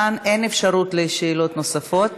כאן אין אפשרות לשאלות נוספות,